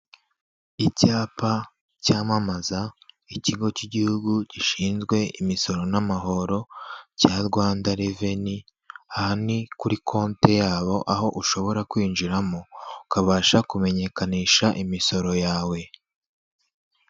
Icyapa cyamamaza ikigo cy'igihugu gishinzwe imisoro n'amahoro cya Rwanda reveni, aha ni kuri konte yabo, aho ushobora kwinjiramo ukabasha kumenyekanisha imisoro yawe.